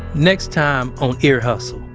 next time on ear hustle,